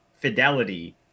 fidelity